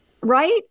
right